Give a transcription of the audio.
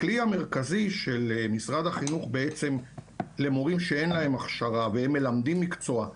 הכלי המרכזי של משרד החינוך למורים שאין להם הכשרה והם מלמדים מקצוע,